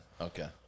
Okay